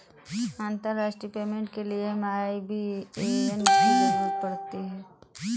अंतर्राष्ट्रीय पेमेंट के लिए हमें आई.बी.ए.एन की ज़रूरत पड़ती है